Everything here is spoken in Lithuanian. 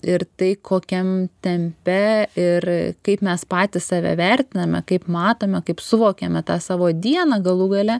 ir tai kokiam tempe ir kaip mes patys save vertiname kaip matome kaip suvokiame tą savo dieną galų gale